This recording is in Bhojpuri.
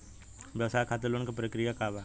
व्यवसाय खातीर लोन के प्रक्रिया का बा?